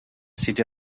city